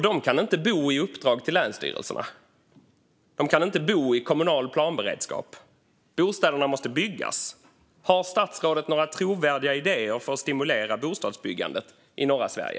De kan inte bo i uppdrag till länsstyrelserna. De kan inte bo i kommunal planberedskap. Bostäderna måste byggas. Har statsrådet några trovärdiga idéer för att stimulera bostadsbyggandet i norra Sverige?